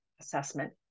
assessment